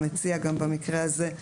המציע גם במקרה הזה,